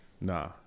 nah